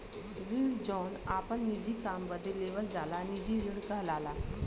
ऋण जौन आपन निजी काम बदे लेवल जाला निजी ऋण कहलाला